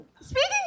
speaking